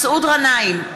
מסעוד גנאים,